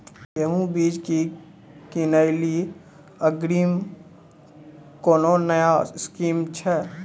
गेहूँ बीज की किनैली अग्रिम कोनो नया स्कीम छ?